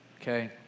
okay